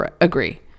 Agree